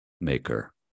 maker